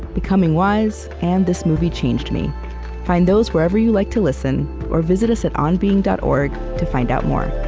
becoming wise and this movie changed me find those wherever you like to listen or visit us at onbeing dot org to find out more